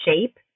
shape